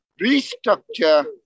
restructure